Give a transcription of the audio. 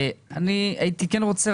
אני הייתי כן רוצה,